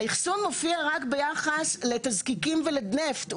האחסון מופיע רק ביחס לתזקיקים ולנפט.